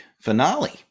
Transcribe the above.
finale